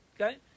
Okay